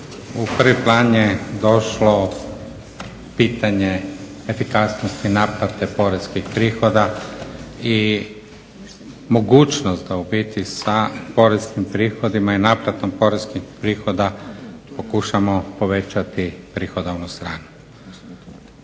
u prvi plan je došlo pitanje efikasnosti naplate poreskih prihoda i mogućnost da u biti sa poreskim prihodima i naplatom poreskih prihoda pokušamo povećati prihodovnu stranu.